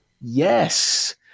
Yes